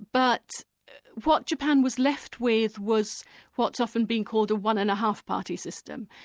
but what japan was left with was what's often been called a one and a half party system,